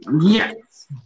Yes